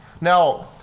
Now